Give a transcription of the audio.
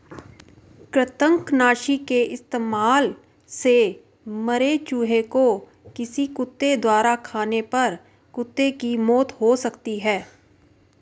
कृतंकनाशी के इस्तेमाल से मरे चूहें को किसी कुत्ते द्वारा खाने पर कुत्ते की मौत हो सकती है